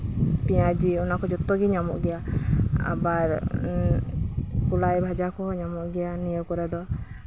ᱯᱮᱸᱭᱟᱡᱤ ᱚᱱᱟ ᱠᱚ ᱡᱚᱛᱚ ᱜᱮ ᱧᱟᱢᱚᱜ ᱜᱮᱭᱟ ᱟᱵᱟᱨ ᱠᱚᱞᱟᱭ ᱵᱷᱟᱡᱟ ᱠᱚᱦᱚᱸ ᱧᱟᱢᱚᱜ ᱜᱮᱭᱟ ᱱᱤᱭᱟᱹ ᱠᱚᱨᱮ ᱫᱚ